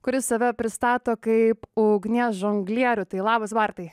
kuris save pristato kaip ugnies žonglierių tai labas bartai